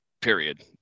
period